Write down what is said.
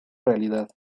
realidad